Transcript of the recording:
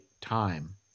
time